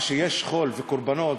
כשיש חול וקורבנות,